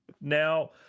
Now